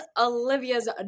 olivia's